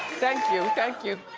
thank you, thank you.